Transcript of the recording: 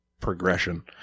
progression